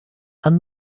and